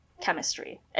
chemistry